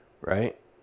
right